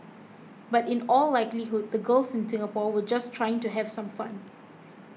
but in all likelihood the girls in Singapore were just trying to have some fun